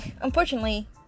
unfortunately